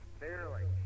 barely